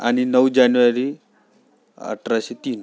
आणि नऊ जानेवारी अठराशे तीन